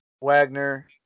Wagner